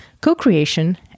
co-creation